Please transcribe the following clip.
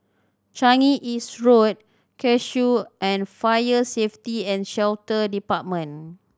Changi East Road Cashew and Fire Safety And Shelter Department